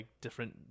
different